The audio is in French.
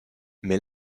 mais